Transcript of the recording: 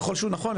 ככל שהוא נכון,